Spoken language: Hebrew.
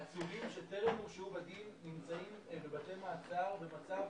עצורים שטרם הורשעו בדין נמצאים בבתי מעצר במצב